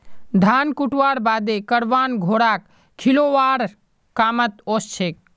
धान कुटव्वार बादे करवान घोड़ाक खिलौव्वार कामत ओसछेक